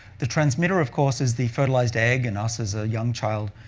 the transmitter, of course, is the fertilized egg and us as a young child.